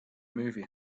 movie